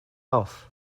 off